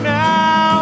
now